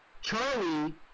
Charlie